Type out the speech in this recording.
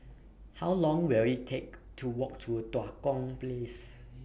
How Long Will IT Take to Walk to Tua Kong Place